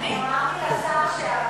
אמרתי לשר,